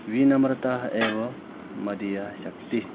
विनम्रताः एव मदीयः शक्तिः